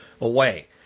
away